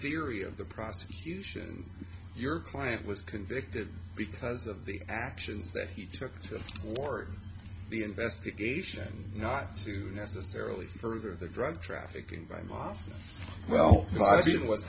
theory of the prosecution your client was convicted because of the actions that he took or the investigation not to necessarily further the drug trafficking by mafia well by seeing what